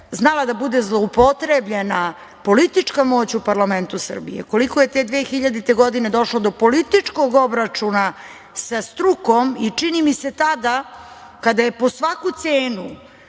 znala da bude zloupotrebljena politička moć u parlamentu Srbije, koliko je te 2000. godine došlo do političkog obračuna sa strukom i čini mi se tada, kada je po svaku cenu